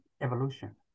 evolution